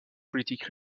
politique